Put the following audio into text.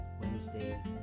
Wednesday